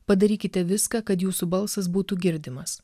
padarykite viską kad jūsų balsas būtų girdimas